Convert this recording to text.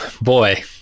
Boy